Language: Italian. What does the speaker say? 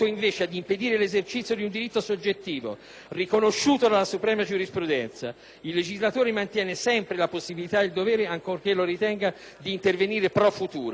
l'esercizio di un diritto soggettivo, riconosciuto dalla suprema giurisprudenza. Il legislatore mantiene sempre la possibilità ed il dovere - ancorché lo ritenga - di intervenire *pro futuro*.